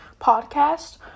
podcast